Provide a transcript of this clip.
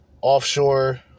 Offshore